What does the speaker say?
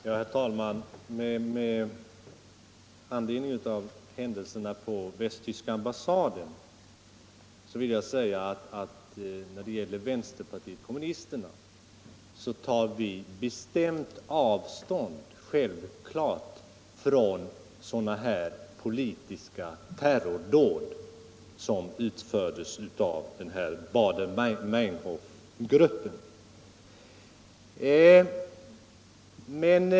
Herr talman! Med anledning av händelserna på västtyska ambassaden vill jag säga att vi i vänsterpartiet kommunisterna självfallet tar bestämt avstånd från sådana politiska terrordåd som har utförts av Baader Meinhof-gruppen.